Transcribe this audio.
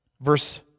verse